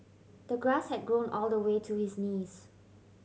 the grass had grown all the way to his knees